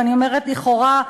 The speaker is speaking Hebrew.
ואני אומרת לכאורה,